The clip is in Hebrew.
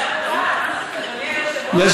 תראה איך הוא רץ, אדוני היושב-ראש.